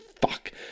fuck